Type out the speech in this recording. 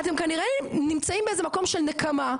אתם כנראה נמצאים באיזה מקום של נקמה,